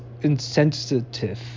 insensitive